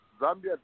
Zambia